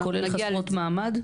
כולל חסרות מעמד?